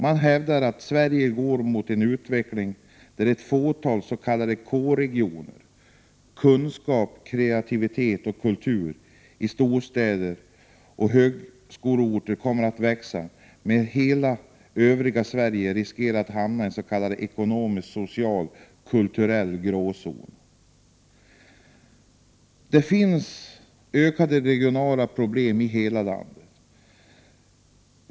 Man hävdar att Sverige går mot en utveckling där ett fåtal s.k. K-regioner, med en koncentration av kunskap, kreativitet och kultur, i storstäder och högskoleorter kommer att växa, medan hela övriga Sverige riskerar att hamna i en gråzon ekonomiskt, socialt och kulturellt. Det finns ökande regionala problem i hela landet.